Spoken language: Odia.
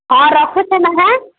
ହଉ ରଖୁଛି ମୁଁ ହେଁ